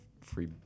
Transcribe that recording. free